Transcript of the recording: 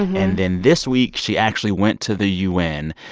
and then this week, she actually went to the u n.